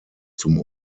zum